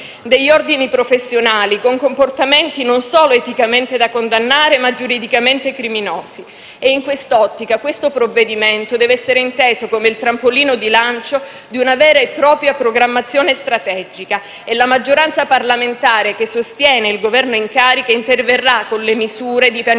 degli ordini professionali, con comportamenti non solo eticamente da condannare ma giuridicamente criminosi. In quest'ottica, questo provvedimento deve essere inteso come il trampolino di lancio di una vera e propria programmazione strategica e la maggioranza parlamentare che sostiene il Governo in carica interverrà con le misure di pianificazione